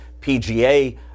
PGA